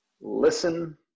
listen